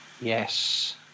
Yes